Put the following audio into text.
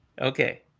Okay